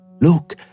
look